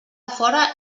fora